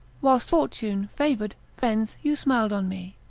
whilst fortune favour'd, friends, you smil'd on me,